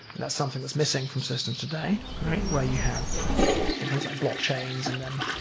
and that's something that's missing from systems today where you have things like blockchains and then